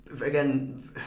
Again